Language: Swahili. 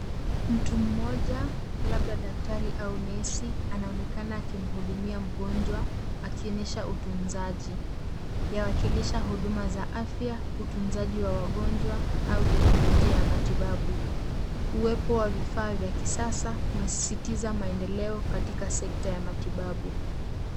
Mtu mmoja, labda daktari au nesi anaonekana akimhudumia mgonjwa, akionyesha utunzaji. Yawakilisha huduma za afya, utunzaji wa wagonjwa au teknolojia ya matibabu. Uwepo wa vifaa vya kisasa unasisitiza maendeleo katika sekta ya matibabu.